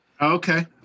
Okay